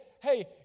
Hey